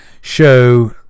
show